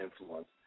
influence